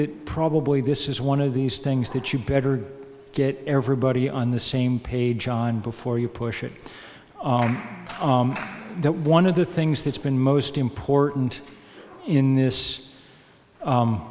that probably this is one of these things that you better get everybody on the same page on before you push it that one of the things that's been most important in this